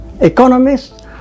economists